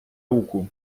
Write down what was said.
руку